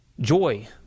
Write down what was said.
joy